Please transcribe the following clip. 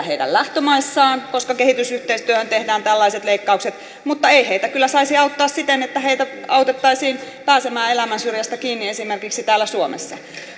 heidän lähtömaissaan koska kehitysyhteistyöstä tehdään tällaiset leikkaukset mutta ei heitä saisi auttaa sitenkään että heitä autettaisiin pääsemään elämänsyrjästä kiinni esimerkiksi täällä suomessa